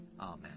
Amen